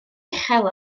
uchel